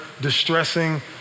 distressing